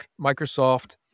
Microsoft